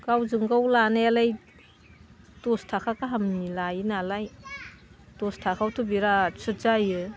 गावजों गाव लानायालाय दस थाखा गाहामनि लायो नालाय दस थाखायावथ' बिराद सुद जायो